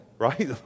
right